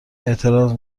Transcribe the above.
اعتراض